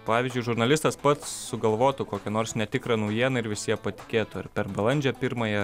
pavyzdžiui žurnalistas pats sugalvotų kokią nors netikrą naujieną ir visi ja patikėtų ar per balandžio pirmąją